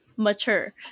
mature